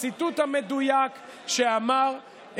בציטוט המדויק שאמר,